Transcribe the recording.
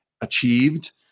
achieved